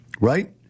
right